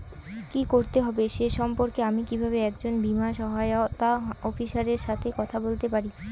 কী করতে হবে সে সম্পর্কে আমি কীভাবে একজন বীমা সহায়তা অফিসারের সাথে কথা বলতে পারি?